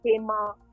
Kema